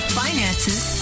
finances